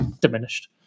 diminished